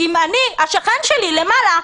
השכן שלי למעלה,